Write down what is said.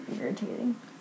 irritating